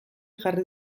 jarri